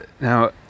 Now